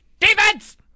defense